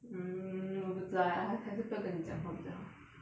um 我不知道 eh 还还是不要跟你讲话比较好